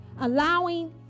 Allowing